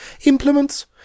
Implements